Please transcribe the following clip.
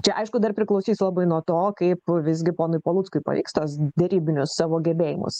čia aišku dar priklausys labai nuo to kaip visgi ponui paluckui pavyks tuos derybinius savo gebėjimus